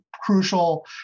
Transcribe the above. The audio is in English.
crucial